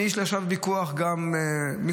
עכשיו יש לי ויכוח, גם מקצועי.